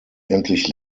endlich